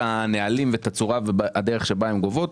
הנהלים ואת הצורה והדרך שבהן הן גובות.